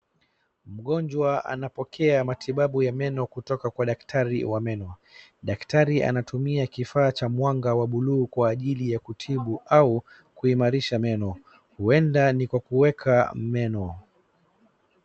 Mgonjwa anapokea matibabu ya meno kutoka kwa daktari wa meno. Daktari anatumia kifaa cha mwanga wa bluu kwa ajili ya kutibu au kuimarisha meno. Huenda ni kwa kueka meno.